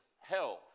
health